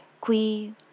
qui